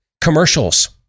commercials